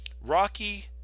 rocky